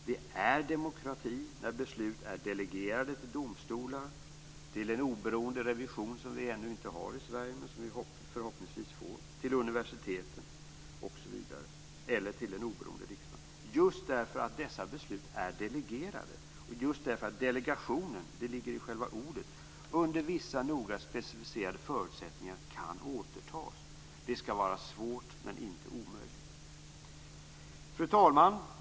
Det är demokrati när beslut är delegerade till domstolar, till en oberoende revision, som vi ännu inte har i Sverige men som vi förhoppningsvis får, till universiteten eller till en oberoende riksbank, just därför att dessa beslut är delegerade och just därför att delegationen - det ligger i själva ordet - under vissa noga specificerade förutsättningar kan återtas. Det skall vara svårt, men inte omöjligt. Fru talman!